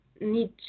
need